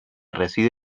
reside